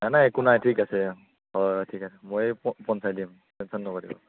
নাই নাই একো নাই ঠিক আছে হয় ঠিক আছে মই এই পশুচাই দিম টেনচন নকৰিব